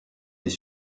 des